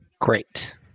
Great